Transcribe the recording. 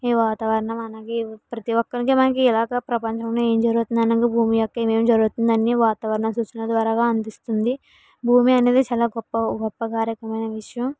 ఈ వాతావరణం అలాగే ప్రతి ఒక్కరికి మనకి ఎలాగా ప్రపంచంలో ఏమి జరుగుతున్న అన్నది భూమి యొక్క ఏమేమి జరుగుతుందని వాతావరణ సూచన ద్వారా అందిస్తుంది భూమి అనేది చాలా గొప్ప గొప్ప కార్యక్రమమైన విషయం